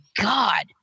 God